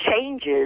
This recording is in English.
changes